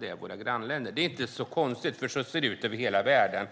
det är våra grannländer. Det är inget konstigt med det; så ser det ut över hela världen.